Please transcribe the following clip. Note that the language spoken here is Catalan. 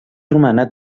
romana